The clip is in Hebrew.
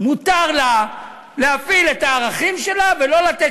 מותר לה להפעיל את הערכים שלה ולא לתת